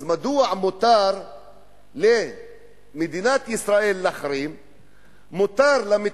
אז מדוע למדינת ישראל מותר להחרים,